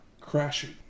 crashing